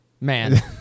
Man